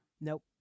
Nope